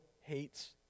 hates